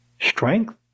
Strength